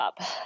up